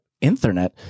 internet